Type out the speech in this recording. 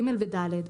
(ג) ו-(ד).